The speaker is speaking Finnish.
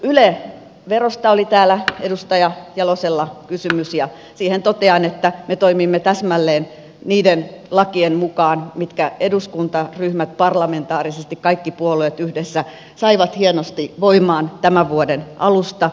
yle verosta oli täällä edustaja jalosella kysymys ja siihen totean että me toimimme täsmälleen niiden lakien mukaan mitkä eduskuntaryhmät parlamentaarisesti kaikki puolueet yhdessä saivat hienosti voimaan tämän vuoden alusta